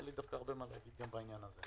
אתם נהגתם כלפיי בחוסר הגינות,